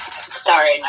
Sorry